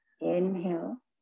inhale